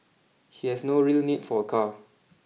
he has no real need for a car